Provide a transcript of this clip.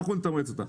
אנחנו נתמרץ אותה.